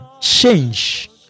change